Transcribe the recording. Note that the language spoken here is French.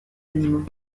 animaux